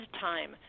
time